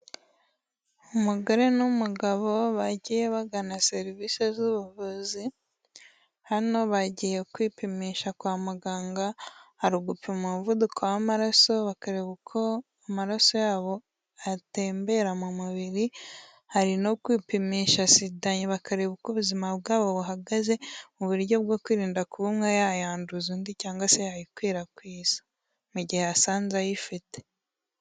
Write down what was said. Umugore n'umugabo bagiye bagana serivisi z'ubuvuzi, hano bagiye kwipimisha kwa muganga, hari ugupima umuvuduko w'amaraso bakareba uko amaraso yabo atembera mu mubiri, hari no kwipimisha SIDA bakareba uko ubuzima bwabo buhagaze, mu buryo bwo kwirinda kubaka umwe yayanduza undi cyangwa se yayikwirakwiza mu gihe asanze ayifite.